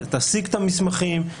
תשיג את המסמכים.